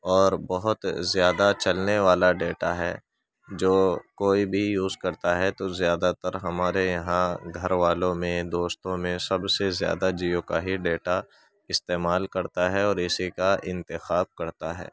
اور بہت زیادہ چلنے والا ڈیٹا ہے جو کوئی بھی یوز کرتا ہے تو زیادہ تر ہمارے یہاں گھر والوں میں دوستوں میں سب سے زیادہ جیو کا ہی ڈیٹا استعمال کرتا ہے اور اسی کا انتخاب کرتا ہے